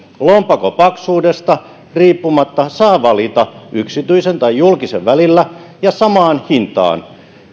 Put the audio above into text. lompakon paksuudesta riippumatta saa valita yksityisen ja julkisen välillä ja samaan hintaan